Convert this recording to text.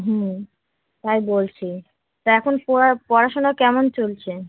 হুম তাই বলছি তা এখন পড়া পড়াশোনা কেমন চলছে